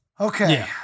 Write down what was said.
Okay